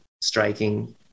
striking